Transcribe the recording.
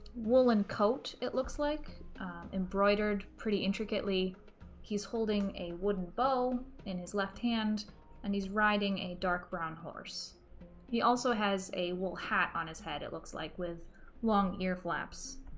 woolen coat it looks like embroidered pretty intricately he's holding a wooden bow in his left hand and he's riding a dark brown horse he also has a wool hat on his head it looks like with long ear flaps